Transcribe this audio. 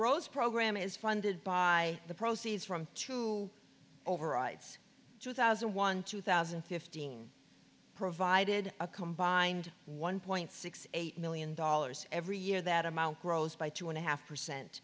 rows program is funded by the proceeds from two overwrites two thousand and one two thousand and fifteen provided a combined one point six eight million dollars every year that amount grows by two and a half percent